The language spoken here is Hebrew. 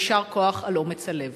ויישר כוח על אומץ הלב.